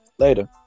Later